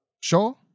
sure